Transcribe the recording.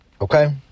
Okay